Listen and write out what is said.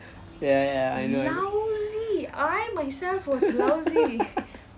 ya ya ya I know what you mean